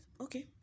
okay